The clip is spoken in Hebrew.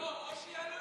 זה על הצד החיובי, אורן.